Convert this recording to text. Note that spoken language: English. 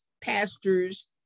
pastors